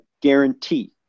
guarantee